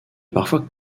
parfois